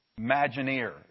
Imagineer